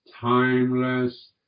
Timeless